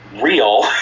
real